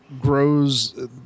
grows